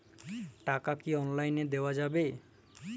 টাকা কি অনলাইনে দেওয়া যাবে?